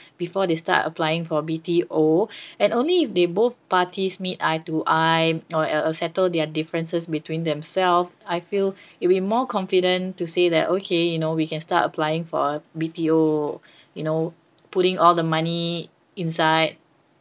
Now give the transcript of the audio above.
before they start applying for B_T_O and only if they both parties meet eye to eye or uh uh settle their differences between themselves I feel it'll be more confident to say that okay you know we can start applying for B_T_O you know putting all the money inside